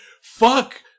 fuck